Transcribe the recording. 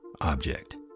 object